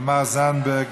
תמר זנדברג,